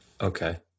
Okay